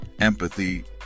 empathy